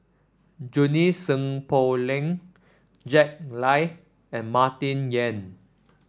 Junie Sng Poh Leng Jack Lai and Martin Yan